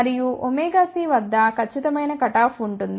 మరియు ωc వద్ద ఖచ్చితమైన కటాఫ్ ఉంటుంది